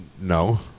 No